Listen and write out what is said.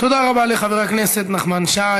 תודה רבה לחבר הכנסת נחמן שי.